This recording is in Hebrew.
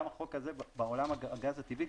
גם החוק הזה בעולם הגז הטבעי,